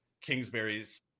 Kingsbury's